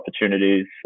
opportunities